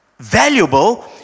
valuable